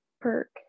perk